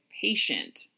patient